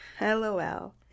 lol